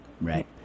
Right